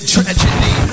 tragedy